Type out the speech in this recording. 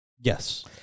Yes